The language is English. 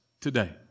today